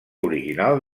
original